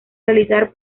realizar